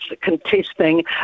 contesting